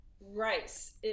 rice